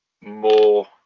more